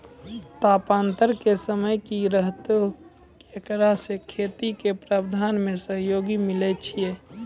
तापान्तर के समय की रहतै एकरा से खेती के प्रबंधन मे सहयोग मिलैय छैय?